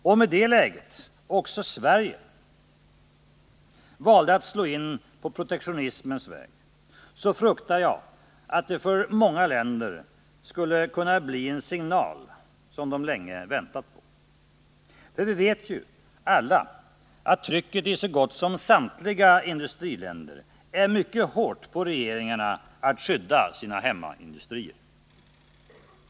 Om i det läget också Sverige valde att slå in på protektionismens väg, fruktar jag att det för många länder skulle kunna bli den signal de länge väntat på. Vi vet ju alla att trycket på regeringarna att skydda sina hemmaindustrier är mycket hårt i så gott som samtliga industriländer.